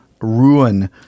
ruin